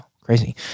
Crazy